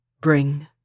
Bring